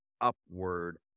upward